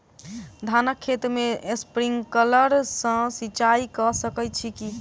धानक खेत मे स्प्रिंकलर सँ सिंचाईं कऽ सकैत छी की?